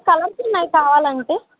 colours ఉన్నాయి కావాలంటే